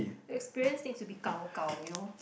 experience needs to be gao gao you know